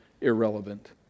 irrelevant